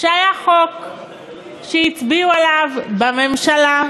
שהיה חוק שהצביעו עליו בממשלה,